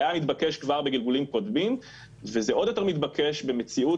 היה מתבקש כבר בגלגולים קודמים וזה עוד יותר מתבקש במציאות